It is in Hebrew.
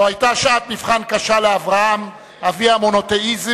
זו היתה שעת מבחן קשה לאברהם, אבי המונותיאיזם,